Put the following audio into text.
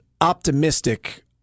optimistic